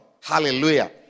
Hallelujah